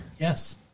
Yes